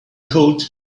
cold